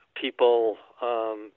people